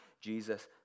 Jesus